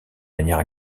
manière